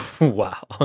wow